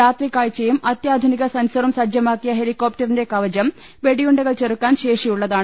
രാത്രികാഴ്ചയും അതൃാധു നിക സെൻസറും സജ്ജമാക്കിയ ഹെലികോപ്റ്ററിന്റെ കവചം വെടിയുണ്ടകൾ ചെറുക്കാൻ ശേഷിയുള്ളതാണ്